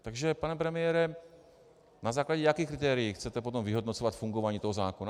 Takže pane premiére, na základě jakých kritérií chcete potom vyhodnocovat fungování zákona?